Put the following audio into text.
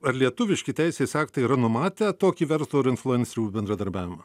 ar lietuviški teisės aktai yra numatę tokį verslo ir influencerių bendradarbiavimą